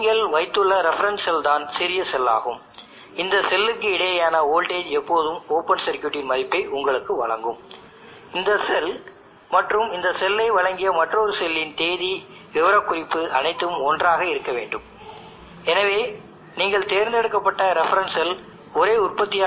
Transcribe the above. நீங்கள் இந்த short circuit reference செல்லை பயன்படுத்தி ISC யைப் பெறலாம் ஹால் சென்சார் அல்லது இதுபோன்ற ஒத்த முறை மூலம் கரண்டை நீங்கள் உணர்ந்து அதை ISC உடன் இணைக்கிறீர்கள் மேலும் இந்த இரண்டு செல்களும் ஒரே உற்பத்தி மற்றும் ஒத்த டேட்டா ஷீட் குறிப்பில் இருந்தால் இந்த ISC பிரதான PV வரிசையின் ஷார்ட் சர்க்யூட் கரண்டை குறிக்கும்